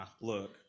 look